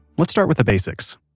let's start with the basics